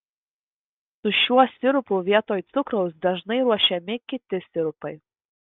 su šiuo sirupu vietoj cukraus dažnai ruošiami kiti sirupai